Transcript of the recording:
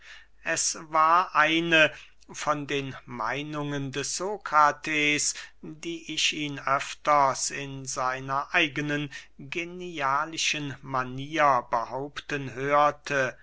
es war eine von den meinungen des sokrates die ich ihn öfters in seiner eigenen genialischen manier behaupten hörte